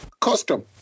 custom